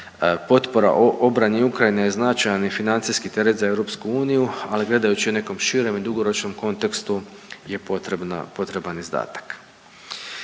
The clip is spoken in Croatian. potpora obrani Ukrajini je značajan i financijski teret za EU, ali gledajući u nekom širem i dugoročnom kontekstu je potrebno,